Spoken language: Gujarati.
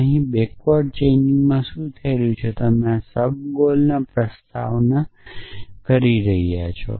અહીં બેક્વર્ડ ચેઇનિંગમાં શું થઈ રહ્યું છે તે તમે આ સબગોલની પ્રસ્તાવના કરી રહ્યા છો